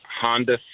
Honda